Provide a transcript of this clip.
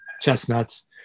chestnuts